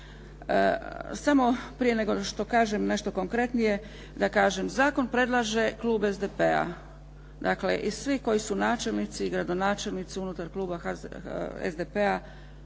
Samo prije nego što kažem nešto konkretnije da kažem, zakon predlaže klub SDP-a i svi koji su načelnici i i gradonačelnici unutar kluba SDP-a